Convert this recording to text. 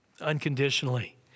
unconditionally